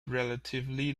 relatively